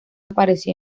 parecía